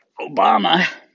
Obama